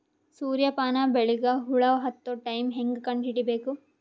ಸೂರ್ಯ ಪಾನ ಬೆಳಿಗ ಹುಳ ಹತ್ತೊ ಟೈಮ ಹೇಂಗ ಕಂಡ ಹಿಡಿಯಬೇಕು?